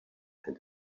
and